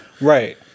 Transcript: Right